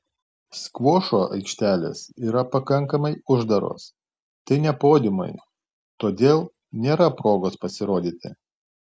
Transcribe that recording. skvošo aikštelės yra pakankamai uždaros tai ne podiumai todėl nėra progos pasirodyti